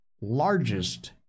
largest